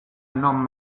non